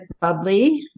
bubbly